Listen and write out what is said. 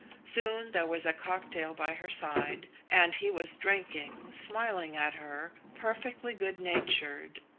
soon there was a cocktail by her side, and he was drinking, smiling at her, perfectly good-natured,